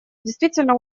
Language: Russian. действительно